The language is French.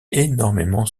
énormément